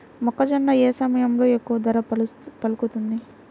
మొక్కజొన్న ఏ సమయంలో ఎక్కువ ధర పలుకుతుంది?